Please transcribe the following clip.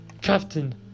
Captain